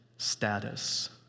Status